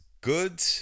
good